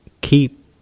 keep